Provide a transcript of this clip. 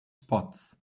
spots